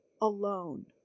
alone